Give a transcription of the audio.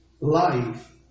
life